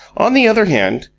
on the other hand,